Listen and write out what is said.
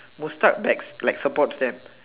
Mustad backs likes like support them